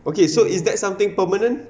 okay so is that something permanent